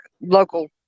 local